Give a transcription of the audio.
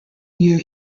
year